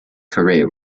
career